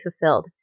fulfilled